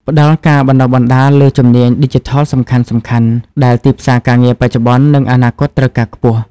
ផ្តល់ការបណ្តុះបណ្តាលលើជំនាញឌីជីថលសំខាន់ៗ ដែលទីផ្សារការងារបច្ចុប្បន្ន និងអនាគតត្រូវការខ្ពស់